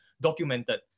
documented